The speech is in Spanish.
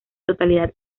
totalidad